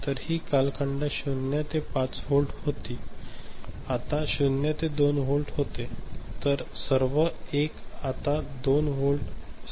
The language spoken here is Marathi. तर ही कालखंड ० ते 5 व्होल्ट होती आता ० ते २ व्होल्ट होते